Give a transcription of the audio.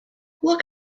look